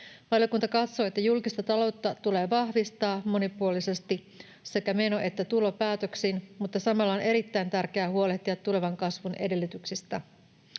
Valiokunta katsoo, että julkista taloutta tulee vahvistaa monipuolisesti sekä meno- että tulopäätöksin, mutta samalla on erittäin tärkeää huolehtia tulevan kasvun edellytyksistä.